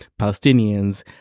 Palestinians